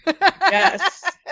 yes